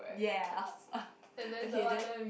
yes okay then